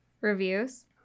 Reviews